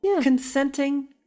consenting